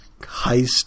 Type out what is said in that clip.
heist